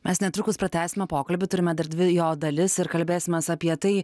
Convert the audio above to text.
mes netrukus pratęsime pokalbį turime dar dvi jo dalis ir kalbėsimės apie tai